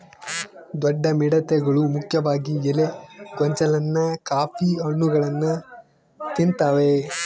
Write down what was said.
ದೊಡ್ಡ ಮಿಡತೆಗಳು ಮುಖ್ಯವಾಗಿ ಎಲೆ ಗೊಂಚಲನ್ನ ಕಾಫಿ ಹಣ್ಣುಗಳನ್ನ ತಿಂತಾವೆ